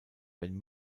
wenn